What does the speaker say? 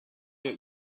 your